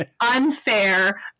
unfair